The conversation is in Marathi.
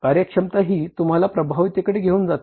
कार्यक्षमता ही तुम्हाला प्रभावीतेकडे घेऊन जाते